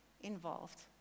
involved